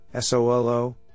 SOLO